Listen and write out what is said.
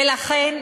ולכן,